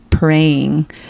Praying